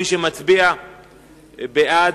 מי שמצביע בעד,